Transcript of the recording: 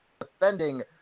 defending